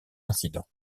incident